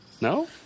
No